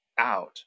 out